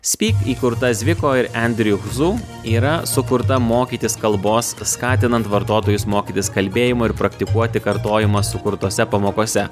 speak įkurta zviko ir endriu zu yra sukurta mokytis kalbos skatinant vartotojus mokytis kalbėjimo ir praktikuoti kartojimą sukurtose pamokose